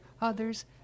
Others